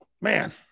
Man